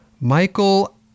Michael